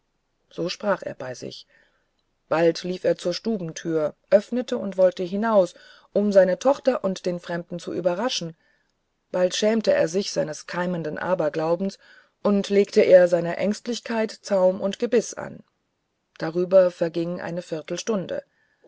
so sprach er bei sich bald lief er zur stubentür öffnete und wollte hinaus um seine tochter und den fremden zu überraschen bald schämte er sich seines keimenden aberglaubens und legte er seiner ängstlichkeit zaum und gebiß an darüber verging eine viertelstunde